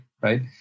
right